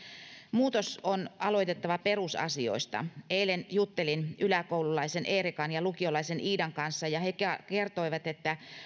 muutos on aloitettava perusasioista eilen juttelin yläkoululaisen erikan ja lukiolaisen iidan kanssa ja he kertoivat että